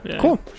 cool